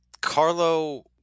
Carlo